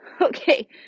Okay